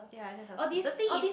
yea it just 小事 the thing is